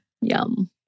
Yum